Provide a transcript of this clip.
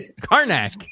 Karnak